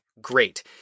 great